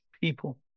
people